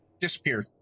disappeared